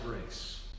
grace